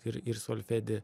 ir ir solfedį